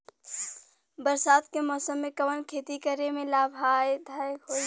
बरसात के मौसम में कवन खेती करे में लाभदायक होयी?